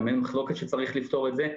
גם אין מחלוקת שצריך לפתור את זה.